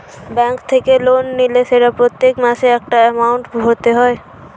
bank থেকে loan নিলে সেটা প্রত্যেক মাসে একটা এমাউন্ট ভরতে হয়